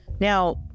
Now